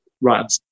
right